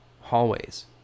hallways